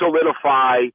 solidify